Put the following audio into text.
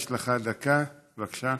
יש לך דקה, בבקשה.